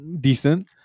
decent